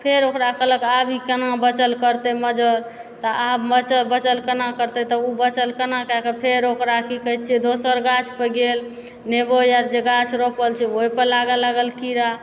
फेर ओकरा कहलक आब ई केना बचल करतइ मजर तऽ आब बच बचल केना करतइ तऽ उ बचल केना कए कऽ फेर ओकरा की कहय छियै दोसर गाछपर गेल नेबो आर जे गाछ रोपल छै ओइपर लागऽ लागल कीड़ा